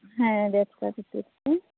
ᱦᱮᱸ ᱵᱮᱵᱽᱥᱟ ᱠᱷᱟᱹᱛᱤᱨ ᱛᱮ